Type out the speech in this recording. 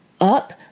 up